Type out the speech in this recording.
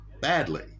badly